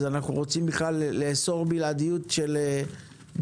אז אנחנו רוצים לאסור בלעדיות של גופים